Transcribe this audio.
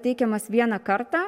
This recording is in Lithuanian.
teikiamas vieną kartą